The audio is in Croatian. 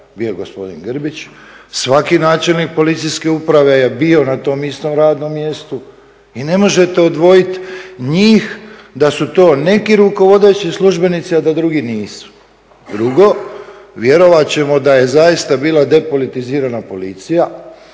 bio je gospodin Grbić, svaki načelnik policijske uprave je bio na tom istom radnom mjestu i ne možete odvojit njih da su to neki rukovodeći službenici, a da drugi nisu. Drugo, vjerovat ćemo da je zaista bila depolitizirana policija